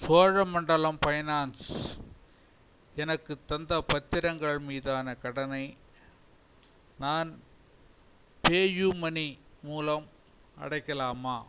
Cholamandalam finance எனக்குத் தந்த பத்திரங்கள் மீதான கடனை நான் பேயூமனி மூலம் அடைக்கலாமா